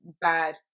bad